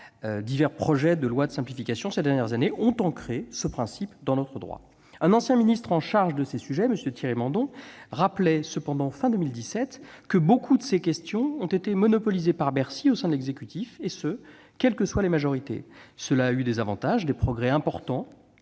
Divers projets de loi de simplification, ces dernières années, ont ancré ce principe dans notre droit. Un ancien ministre chargé de ces sujets, M. Thierry Mandon, rappelait cependant, à la fin de 2017, que beaucoup de ces questions ont été monopolisées par Bercy au sein de l'exécutif, et ce quelles que soient les majorités. Cela a eu des avantages : des progrès importants